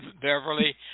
Beverly